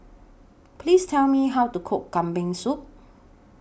Please Tell Me How to Cook Kambing Soup